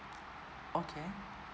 okay